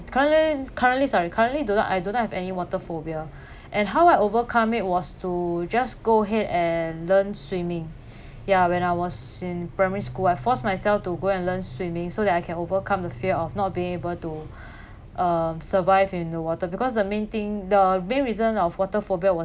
currently currently sorry currently do not I do not have any water phobia and how I overcome it was to just go ahead and learn swimming ya when I was in primary school I forced myself to go and learn swimming so that I can overcome the fear of not being able to um survive in the water because the main thing the main reason of water phobia was